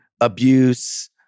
abuse